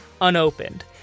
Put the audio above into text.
unopened